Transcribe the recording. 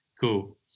Cool